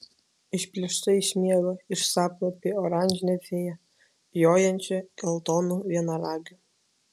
išplėšta iš miego iš sapno apie oranžinę fėją jojančią geltonu vienaragiu